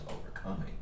overcoming